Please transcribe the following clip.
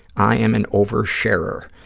i am an over-sharer.